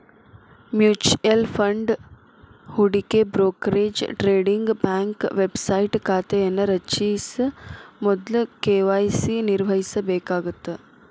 mutual fund ಹೂಡಿಕೆ brokerage trading bank website ಖಾತೆಯನ್ನ ರಚಿಸ ಮೊದ್ಲ ಕೆ.ವಾಯ್.ಸಿ ನಿರ್ವಹಿಸಬೇಕಾಗತ್ತ